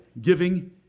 giving